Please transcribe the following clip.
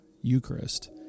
Eucharist